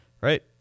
Right